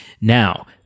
Now